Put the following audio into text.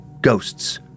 ghosts